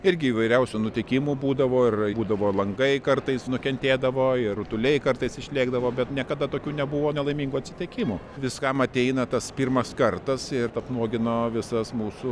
irgi įvairiausių nutikimų būdavo ir būdavo langai kartais nukentėdavo ir rutuliai kartais išlėkdavo bet niekada tokių nebuvo nelaimingų atsitikimų viskam ateina tas pirmas kartas ir apnuogino visas mūsų